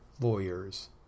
lawyers